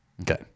Okay